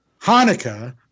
Hanukkah